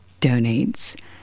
donates